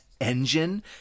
engine